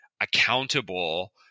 accountable